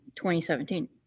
2017